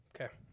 Okay